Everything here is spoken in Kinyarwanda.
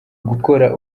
gukora